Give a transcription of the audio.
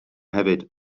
hefyd